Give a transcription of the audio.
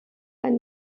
ein